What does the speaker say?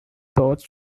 thoughts